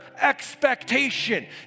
expectation